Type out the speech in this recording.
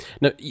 Now